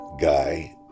guy